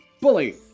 Bully